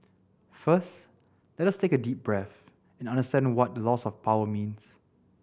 first let us take a deep breath and understand what the loss of power means